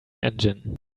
engine